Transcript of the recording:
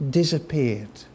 disappeared